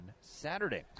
Saturday